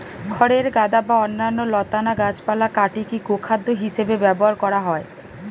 খড়ের গাদা বা অন্যান্য লতানা গাছপালা কাটিকি গোখাদ্য হিসেবে ব্যবহার করা হয়